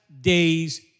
day's